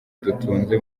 dutunze